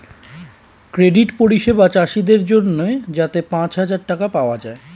credit পরিষেবা চাষীদের জন্যে যাতে পাঁচ হাজার টাকা পাওয়া যায়